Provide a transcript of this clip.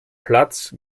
platz